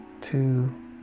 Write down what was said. two